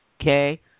okay